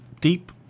deep